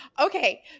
Okay